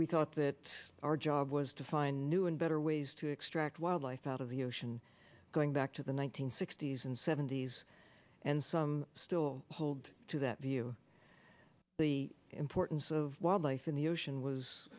we thought that our job was to find new and better ways to extract wildlife out of the ocean going back to the one nine hundred sixty s and seventy's and some still hold to that view the importance of wildlife in the ocean was